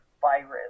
virus